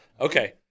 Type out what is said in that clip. Okay